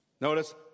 Notice